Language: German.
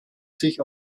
sich